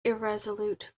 irresolute